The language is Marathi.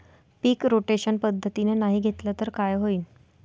पीक रोटेशन पद्धतीनं नाही घेतलं तर काय होईन?